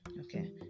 okay